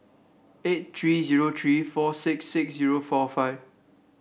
eight three zero three four six six zero four five